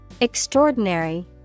Extraordinary